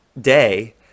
day